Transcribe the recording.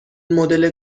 مدل